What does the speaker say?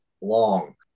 long